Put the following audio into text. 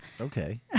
okay